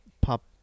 pop